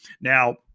Now